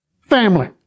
Family